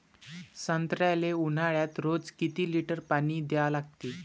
संत्र्याले ऊन्हाळ्यात रोज किती लीटर पानी द्या लागते?